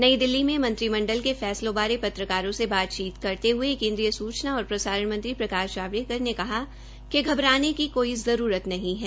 नई दिल्ली में मंत्रिमंडल के फैसलों बारे पत्रकारों से बातचीत करते हुये केन्द्रीय सूचना और प्रसारण मंत्री प्रकाश जावड़ेकर ने कहा कि घबराने की कोई जरूरत नहीं है